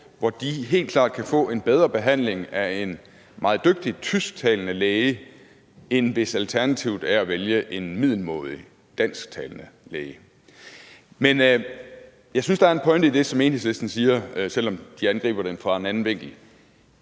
hvor de helt klart kan få en bedre behandling af en meget dygtig tysktalende læge, end hvis alternativet er at vælge en middelmådig dansktalende læge. Men jeg synes, at der er en pointe i det, Enhedslisten siger, selv om de angriber det fra en anden vinkel: